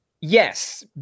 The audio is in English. yes